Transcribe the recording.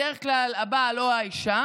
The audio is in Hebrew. בדרך כלל הבעל או האישה,